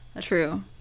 True